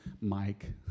Mike